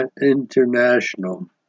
International